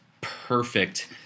perfect